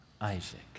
Isaac